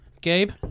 Gabe